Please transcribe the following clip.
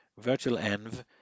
virtualenv